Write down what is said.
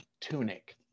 tunic